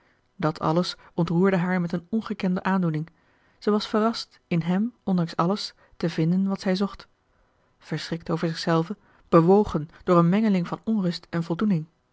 dat alles ontroerde haar met eene ongekende aandoening zij was verrast in hem ondanks alles te vinden wat zij zocht verschrikt over zich zelve bewogen door eene a l g bosboom-toussaint de delftsche wonderdokter eel mengeling van onrust en voldoening